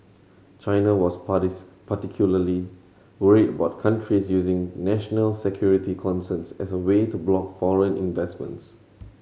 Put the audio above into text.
China was particularly worried about countries using national security concerns as a way to block foreign investments